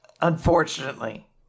unfortunately